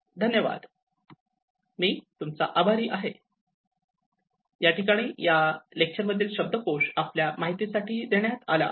धन्यवाद मी तूमचा आभारी आहे